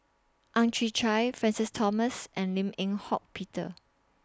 Ang Chwee Chai Francis Thomas and Lim Eng Hock Peter